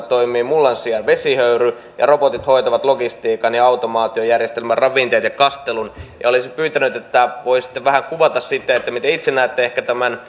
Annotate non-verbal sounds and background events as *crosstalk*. *unintelligible* toimii mullan sijaan vesihöyry ja robotit hoitavat logistiikan ja ja automaatiojärjestelmä ravinteet ja kastelun olisin pyytänyt voisitteko vähän kuvata miten itse näette ehkä tämän *unintelligible*